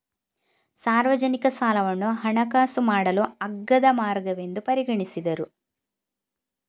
ಸಾರ್ವಜನಿಕ ಸಾಲವನ್ನು ಹಣಕಾಸು ಮಾಡಲು ಅಗ್ಗದ ಮಾರ್ಗವೆಂದು ಪರಿಗಣಿಸಿದರು